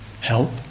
help